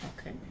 Okay